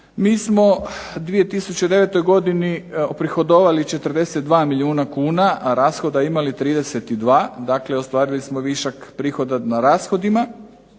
Mi smo u 2009. godini prihodovali 42 milijuna kuna, a rashoda imali 32, dakle ostvarili smo višak prihoda nad rashodima,